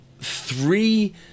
three